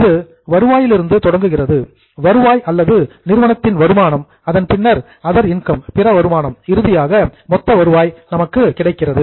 இது ரெவின்யூ வருவாயிலிருந்து தொடங்குகிறது வருவாய் அல்லது நிறுவனத்தின் வருமானம் அதன் பின்னர் அதர் இன்கம் பிற வருமானம் இறுதியாக மொத்த வருவாய் நமக்கு கிடைக்கிறது